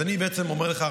אז אני בעצם אומר לך,